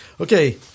Okay